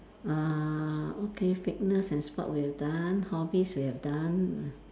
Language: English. uh okay fitness and sport we have done hobbies we have done